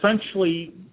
Essentially